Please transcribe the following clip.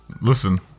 Listen